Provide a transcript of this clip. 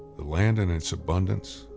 the land in its abundance,